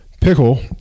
Pickle